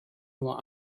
nur